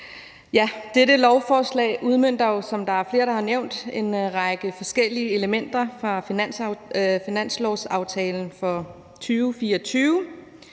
flere der har nævnt, en række forskellige elementer fra finanslovsaftalen for 2024: